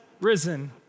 risen